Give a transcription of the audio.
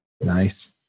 Nice